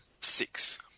six